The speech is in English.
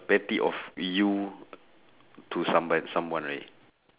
petty of you to someone someone right